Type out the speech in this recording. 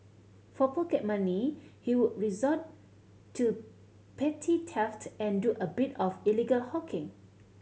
for pocket money he would resort to petty theft and do a bit of illegal hawking